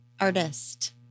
artist